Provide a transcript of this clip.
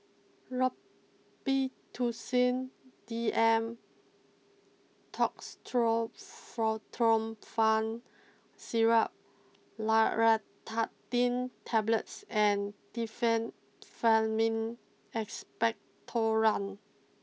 Robitussin D M Dextromethorphan Syrup Loratadine Tablets and Diphenhydramine Expectorant